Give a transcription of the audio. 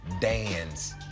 dance